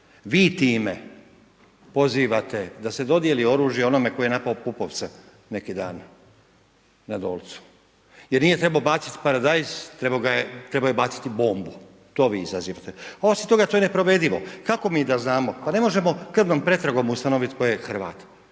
Vi time pozivate da se dodjeli oružje onome tko je napao Pupovca neki dan na Dolcu. Jer nije trebao baciti paradajz, trebao je baciti bombu. To vi izazivate. Osim toga, to je neprovedivo, kako mi da znamo? Pa ne možemo krvnom pretragom ustanovit tko je Hrvat.